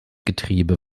getriebe